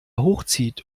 hochzieht